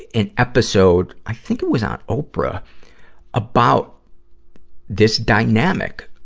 an episode i think it was on oprah about this dynamic,